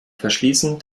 verschließen